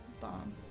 bomb